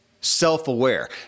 self-aware